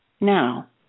Now